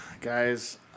guys